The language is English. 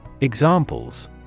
Examples